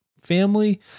family